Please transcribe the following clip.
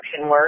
work